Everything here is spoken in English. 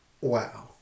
Wow